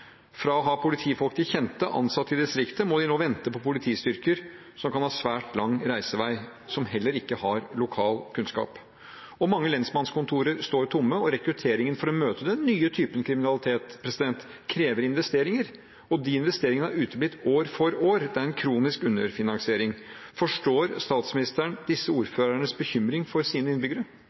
Fra å ha politifolk de kjente, ansatt i distriktet, må de nå vente på politistyrker som kan ha svært lang reisevei, og som heller ikke har lokal kunnskap. Mange lensmannskontorer står tomme, og rekrutteringen for å møte den nye typen kriminalitet krever investeringer. De investeringene har uteblitt år for år. Det er en kronisk underfinansiering. Forstår statsministeren disse ordførernes bekymring for sine innbyggere?